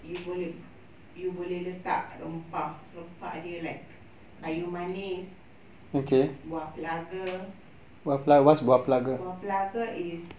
you boleh you boleh letak rempah-rempah dia like kayu manis buah pelaga is